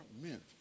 meant